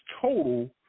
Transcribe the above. total